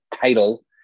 title